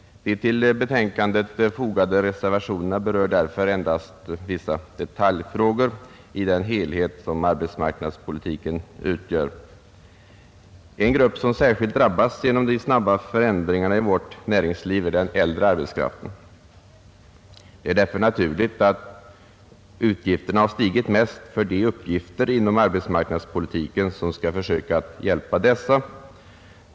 De till betänkandet fogade reservationerna berör därför endast vissa detaljfrågor i den helhet som arbetsmarknadspolitiken utgör. En grupp som särskilt drabbas genom de snabba förändringarna i vårt näringsliv är den äldre arbetskraften. Det är därför naturligt att utgifterna har stigit mest för de uppgifter inom arbetsmarknadspolitiken som skall försöka hjälpa dessa.